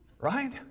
Right